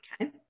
okay